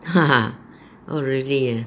ha ha oh really ah